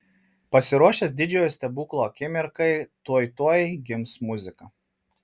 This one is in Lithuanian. pasiruošęs didžiojo stebuklo akimirkai tuoj tuoj gims muzika